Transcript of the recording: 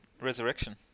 Resurrection